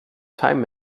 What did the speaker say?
time